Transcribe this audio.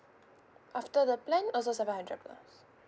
after the plan also seven hundred plus